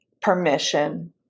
permission